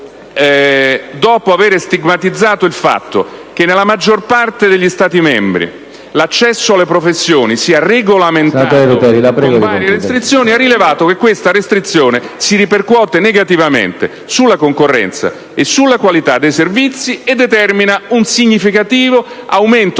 dopo avere stigmatizzato il fatto che nella maggior parte degli Stati membri l'accesso alle professioni sia regolamentato con varie restrizioni, ha rilevato che una limitazione all'accesso al mercato si ripercuote negativamente sulla concorrenza e sulla qualità dei servizi, determinando un significativo aumento